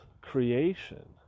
creation